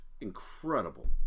incredible